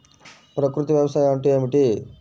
ప్రకృతి వ్యవసాయం అంటే ఏమిటి?